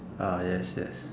ah yes yes